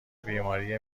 بیماری